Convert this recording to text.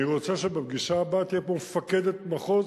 אני רוצה שבפגישה הבאה תהיה פה מפקדת מחוז,